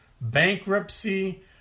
bankruptcy